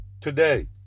today